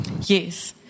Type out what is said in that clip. Yes